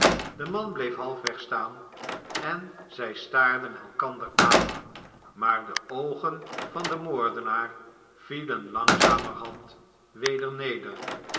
de man bleef halfweg staan en zij staarden elkander aan maar de oogen van den moordenaar vielen langzamerhand weder neder